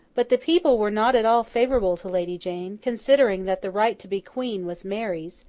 but the people were not at all favourable to lady jane, considering that the right to be queen was mary's,